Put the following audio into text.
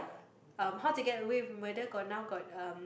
um how to get away with murder got now got um